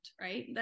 right